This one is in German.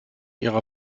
ihrer